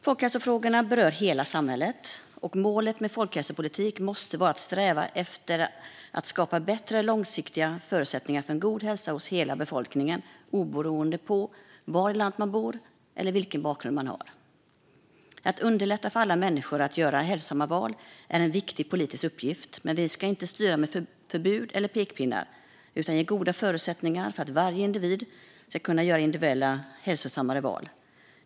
Folkhälsofrågorna berör hela samhället, och målet med folkhälsopolitiken måste vara att skapa bättre långsiktiga förutsättningar för en god hälsa hos hela befolkningen, oberoende av var i landet man bor eller vilken bakgrund man har. Att underlätta för alla människor att göra hälsosamma val är en viktig politisk uppgift, men vi ska inte styra med förbud eller pekpinnar utan ge goda förutsättningar för att varje individ ska kunna göra hälsosammare individuella val.